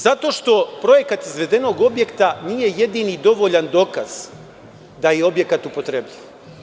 Zato što projekat izvedenog objekta nije jedini dovoljni dokaz da je objekat upotrebljiv.